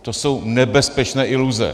To jsou nebezpečné iluze.